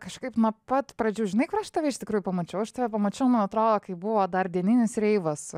kažkaip nuo pat pradžių žinai kur aš tave iš tikrųjų pamačiau aš tave pamačiau nu atrodo kai buvo dar dieninis reivas